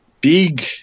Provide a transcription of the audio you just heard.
big